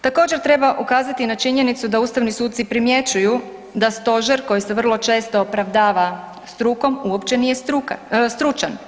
Također treba ukazati na činjenicu da ustavni suci primjećuju da Stožer, koji se vrlo često opravdava strukom, uopće nije stručan.